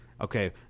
okay